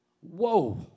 Whoa